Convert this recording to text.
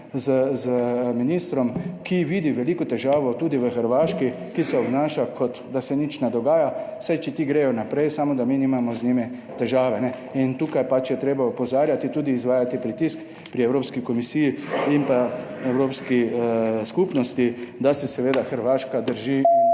z ministrom, ki vidi veliko težavo tudi v Hrvaški, ki se obnaša, kot da se nič ne dogaja, saj če ti gredo naprej, samo, da mi nimamo z njimi težave in tukaj pač je treba opozarjati, tudi izvajati pritisk pri evropski komisiji in pa evropski skupnosti, da se seveda Hrvaška drži /